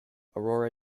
aurora